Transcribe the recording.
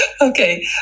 okay